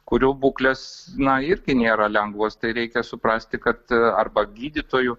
kurių būklės na irgi nėra lengvos tai reikia suprasti kad arba gydytoju